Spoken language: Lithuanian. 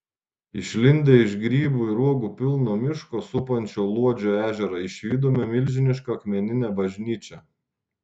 išlindę iš grybų ir uogų pilno miško supančio luodžio ežerą išvydome milžinišką akmeninę bažnyčią